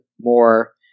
more